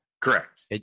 Correct